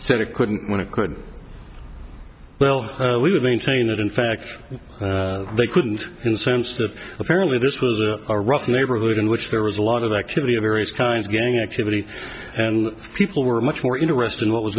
senate couldn't when it could well we would maintain that in fact they couldn't in sense that apparently this was a rough neighborhood in which there was a lot of activity of various kinds of gang activity and people were much more interested in what was